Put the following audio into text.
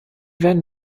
werden